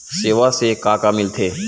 सेवा से का का मिलथे?